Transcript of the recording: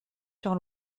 sur